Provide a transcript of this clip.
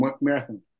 marathon